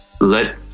let